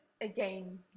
again